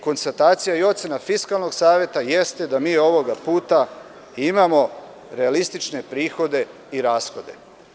Konstatacija i ocena Fiskalnog saveta jeste da mi ovog puta imamo realistične prihode i rashode.